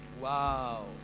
Wow